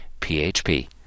php